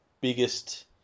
biggest